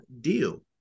deal